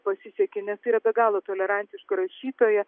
pasisekė nes tai yra be galo tolerantiška rašytoja